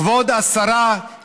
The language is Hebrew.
כבוד השרה,